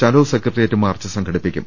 ചലോ secretariat march സംഘടിപ്പിക്കും